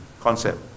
concept